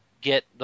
get